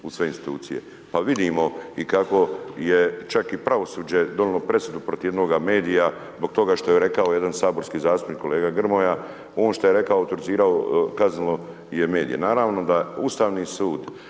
u sve institucije. Pa vidimo i kako je čak i pravosuđe donijelo presudu protiv jednoga medija zbog toga što je rekao jedan saborski zastupnik kolega Grmoja, on što je rekao .../Govornik se ne razumije./... je medije. Naravno da Ustavni sud